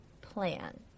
plan